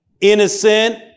innocent